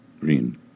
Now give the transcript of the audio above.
Green